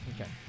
Okay